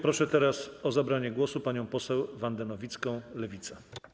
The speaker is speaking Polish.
Proszę teraz o zabranie głosu panią poseł Wandę Nowicką, Lewica.